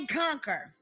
conquer